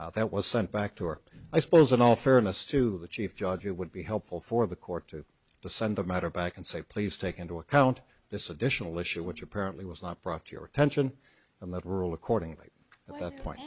get that was sent back to work i suppose in all fairness to the chief judge it would be helpful for the court to to send the matter back and say please take into account this additional issue which apparently was not brought to your attention and liberal accordingly at that point